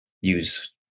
Use